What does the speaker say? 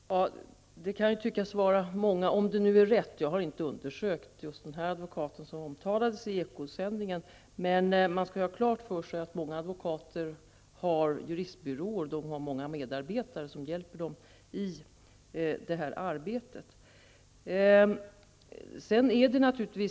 Herr talman! Ja, det kan tyckas att det är fråga om många -- om det nu är rätt. Jag har inte låtit undersöka denna advokat som omtalades i Ekosändningen. Men man skall ha klart för sig att många advokater har juristbyråer med medarbetare som hjälper dem i arbetet.